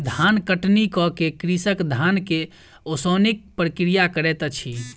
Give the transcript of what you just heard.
धान कटनी कअ के कृषक धान के ओसौनिक प्रक्रिया करैत अछि